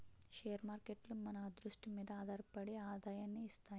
share మార్కేట్లు మన అదృష్టం మీదే ఆధారపడి ఆదాయాన్ని ఇస్తాయి